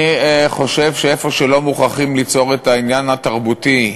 אני חושב שאיפה שלא מוכרחים ליצור את העניין התרבותי,